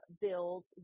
build